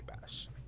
bash